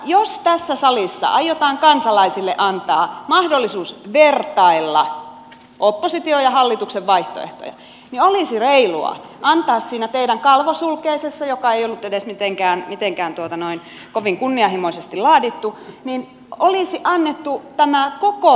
jos tässä salissa aiotaan kansalaisille antaa mahdollisuus vertailla opposition ja hallituksen vaihtoehtoja niin olisi ollut reilua antaa siinä teidän kalvosulkeisessa joka ei ollut edes mitenkään kovin kunnianhimoisesti laadittu tämä koko vaihtoehto